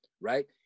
right